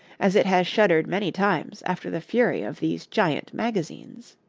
as it has shuddered many times after the fury of these giant magazines.